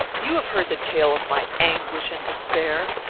you have heard the tale of my anguish and despair.